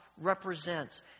represents